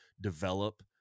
develop